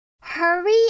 hurry